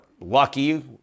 lucky